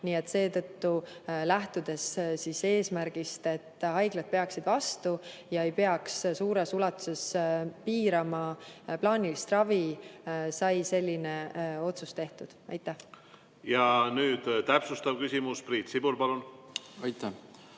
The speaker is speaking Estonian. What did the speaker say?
Nii et seetõttu, lähtudes eesmärgist, et haiglad peaksid vastu ja ei peaks suures ulatuses piirama plaanilist ravi, sai selline otsus tehtud. Nüüd täpsustav küsimus. Priit Sibul, palun! Nüüd